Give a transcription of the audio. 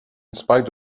spite